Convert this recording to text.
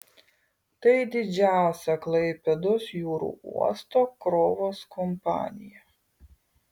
tai didžiausia klaipėdos jūrų uosto krovos kompanija